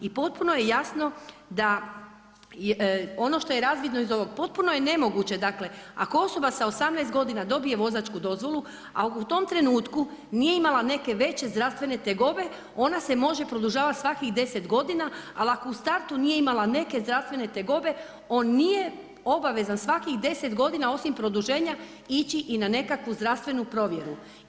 I potpuno je jasno da ono što je razvidno iz ovog, potpuno je nemoguće, dakle, ako osoba sa 18 godina, dobije vozačku dozvolu, a u tom trenutku nije imala neke veće zdravstvene tegobe, ona se može produžavati svkih 10 gdoina, ali ako u startu nije imala neke zdravstvene tegobe, on nije obavezan svakih 10 godina, osim produženja ići i na nekakvu zdravstvu provjeru.